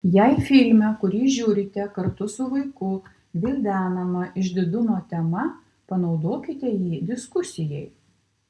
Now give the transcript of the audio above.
jei filme kurį žiūrite kartu su vaiku gvildenama išdidumo tema panaudokite jį diskusijai